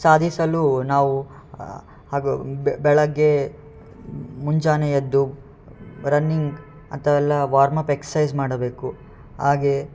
ಸಾಧಿಸಲು ನಾವು ಹಾಗು ಬೆಳಗ್ಗೆ ಮುಂಜಾನೆ ಎದ್ದು ರನ್ನಿಂಗ್ ಅಂಥವೆಲ್ಲ ವಾರ್ಮಪ್ ಎಕ್ಸೈಸ್ ಮಾಡಬೇಕು ಹಾಗೆ